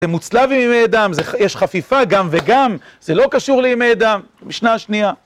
זה מוצלב עם ימי אדם, יש חפיפה גם וגם, זה לא קשור לימי אדם, משנה שנייה.